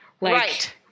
Right